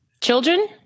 children